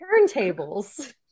turntables